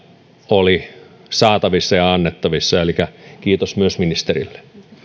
oli saatavissa ja annettavissa elikkä kiitos myös ministerille